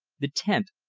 the tent,